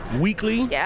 weekly